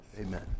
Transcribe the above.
Amen